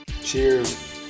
Cheers